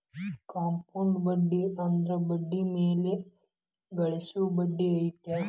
compound ಬಡ್ಡಿ ಅಂದ್ರ ಬಡ್ಡಿ ಮ್ಯಾಲೆ ಗಳಿಸೊ ಬಡ್ಡಿ ಐತಿ